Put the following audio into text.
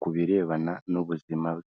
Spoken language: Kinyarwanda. ku birebana n'ubuzima bwe.